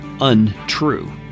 untrue